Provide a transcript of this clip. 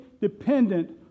dependent